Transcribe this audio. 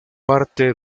parte